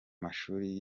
mashuri